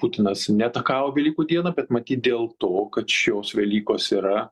putinas neatakavo velykų dieną bet matyt dėl to kad šios velykos yra